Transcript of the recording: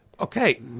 Okay